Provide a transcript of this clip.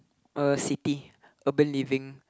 uh city urban living